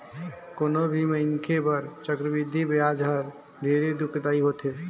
कोनो भी मनखे बर चक्रबृद्धि बियाज हर ढेरे दुखदाई होथे